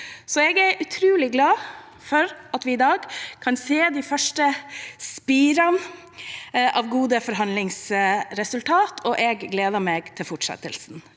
derfor utrolig glad for at vi i dag kan se de første spirene av et godt forhandlingsresultat, og jeg gleder meg til fortsettelsen.